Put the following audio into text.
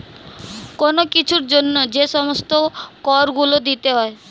কোন কিছুর জন্য যে সমস্ত কর গুলো দিতে হয়